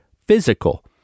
physical